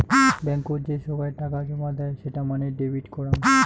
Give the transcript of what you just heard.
বেঙ্কত যে সোগায় টাকা জমা দেয় সেটা মানে ডেবিট করাং